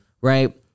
Right